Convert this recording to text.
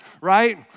right